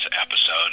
episode